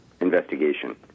investigation